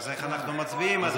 אז איך אנחנו מצביעים, אדוני?